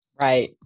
Right